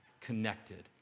connected